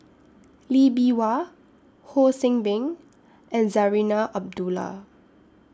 Lee Bee Wah Ho See Beng and Zarinah Abdullah